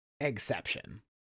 Exception